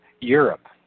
Europe